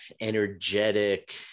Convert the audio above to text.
energetic